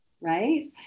right